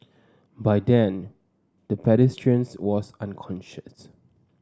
by then the pedestrian was unconscious